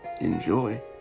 enjoy